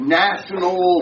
national